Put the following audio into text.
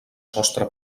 sostre